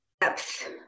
depth